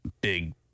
big